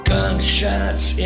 Gunshots